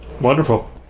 Wonderful